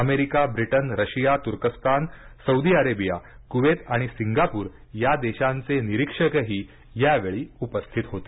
America Britain Russia तुर्कस्तान Saudi Arabia Kuwait आणि Singapore या देशांचे निरीक्षकही यावेळी उपस्थित होते